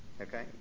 Okay